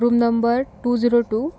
room number two zero two